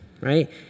Right